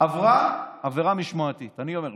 היא עברה עבירה משמעתית, אני אומר לך.